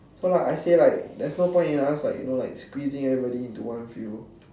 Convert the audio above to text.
so I say like there's no point in us you know like you know like squeezing everybody into one field